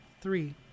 three